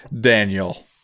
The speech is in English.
Daniel